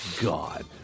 God